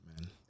man